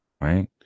right